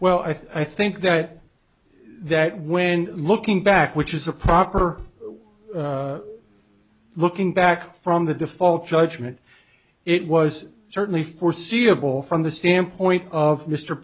well i think that that when looking back which is a proper looking back from the default judgment it was certainly foreseeable from the standpoint of mr